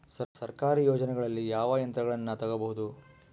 ಸರ್ಕಾರಿ ಯೋಜನೆಗಳಲ್ಲಿ ಯಾವ ಯಂತ್ರಗಳನ್ನ ತಗಬಹುದು?